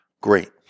great